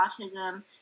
autism